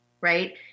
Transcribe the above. right